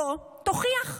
בוא תוכיח.